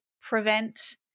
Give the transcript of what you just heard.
prevent